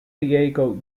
diego